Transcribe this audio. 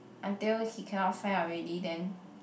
until he cannot find out already then